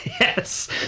Yes